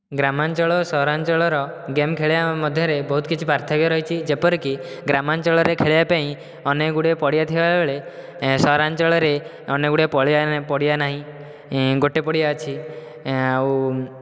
ଗ୍ରାମାଞ୍ଚଳ ସହରାଞ୍ଚଳ ଗେମ୍ ଖେଳିବା ମଧ୍ୟରେ ବହୁତ କିଛି ପାର୍ଥକ୍ୟ ରହିଛି ଯେପରିକି ଗ୍ରାମାଞ୍ଚଳରେ ଖେଳିବା ପାଇଁ ଅନେକଗୁଡ଼ିଏ ପଡ଼ିଆ ଥିବାବେଳେ ସହରାଞ୍ଚଳରେ ଅନେକଗୁଡ଼ିଏ ପଡ଼ିଆ ନାହିଁ ଗୋଟେ ପଡ଼ିଆ ଅଛି ଆଉ